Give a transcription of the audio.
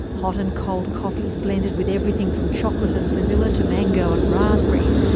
hot and cold coffees blended with everything from chocolate and vanilla to mango and raspberries,